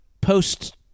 post